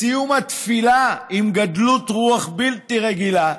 בסיום התפילה, עם גדלות רוח בלתי רגילה,